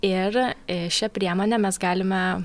ir šia priemone mes galime